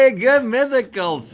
ah good mythical